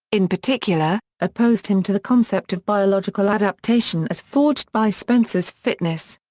in particular, opposed him to the concept of biological adaptation as forged by spencer's fitness.